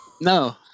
No